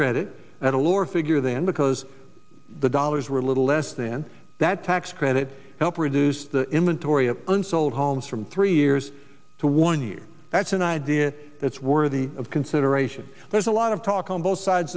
credit at a lower figure than because the dollars were a little less than that tax credit help reduce the him and torrie of unsold homes from three years to one year that's an idea that's worthy of consideration there's a lot of talk on both sides